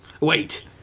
Wait